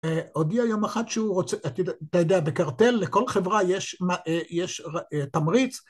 ‫הודיע יום אחד שהוא רוצה... ‫אתה יודע, בקרטל לכל חברה יש תמריץ.